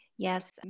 Yes